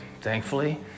thankfully